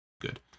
good